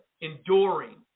enduring